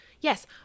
yes